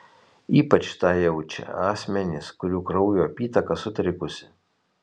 ypač tą jaučia asmenys kurių kraujo apytaka sutrikusi